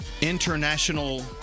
International